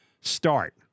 Start